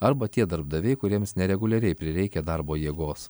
arba tie darbdaviai kuriems nereguliariai prireikia darbo jėgos